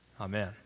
Amen